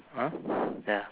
mm ya